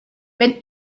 wenn